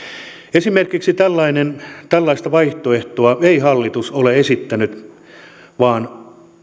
esimerkiksi tällaista vaihtoehtoa ei hallitus ole esittänyt vaan